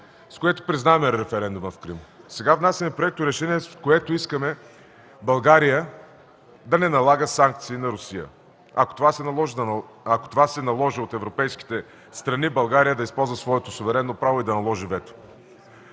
с което признаваме референдума в Крим. Сега внасяме проекторешение, в което искаме България да не налага санкции на Русия – ако това се наложи от европейските страни, България да използва своето суверенно право и да наложи вето.